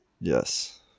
Yes